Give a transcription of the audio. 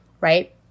Right